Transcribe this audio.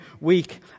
week